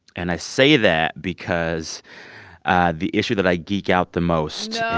and i say that because the issue that i geek out the most.